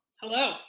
Hello